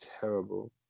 terrible